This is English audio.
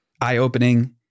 eye-opening